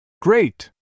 Great